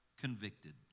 convicted